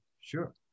sure